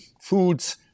foods